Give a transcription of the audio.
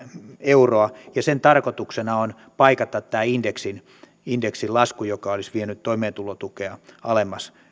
euroa ja sen tarkoituksena on paikata tämä indeksin indeksin lasku joka olisi vienyt toimeentulotukea alemmas